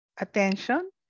attention